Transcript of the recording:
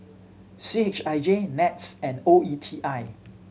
C H I J NETS and O E T I